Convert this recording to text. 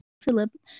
Philip